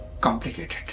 complicated